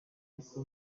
ariko